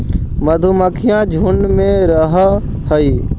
मधुमक्खियां झुंड में रहअ हई